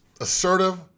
Assertive